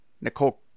nicole